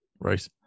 Right